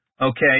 okay